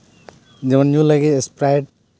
ᱡᱮᱢᱚᱱ ᱧᱩ ᱞᱟᱹᱜᱤᱫ ᱥᱯᱨᱟᱭᱤᱴ